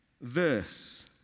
verse